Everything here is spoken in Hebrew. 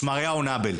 שמריהו נבל.